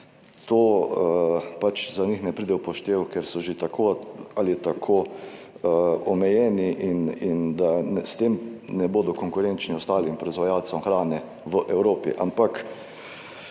to pač za njih ne pride v poštev, ker so že tako ali tako omejeni in da s tem ne bodo konkurenčni ostalim proizvajalcem hrane v Evropi.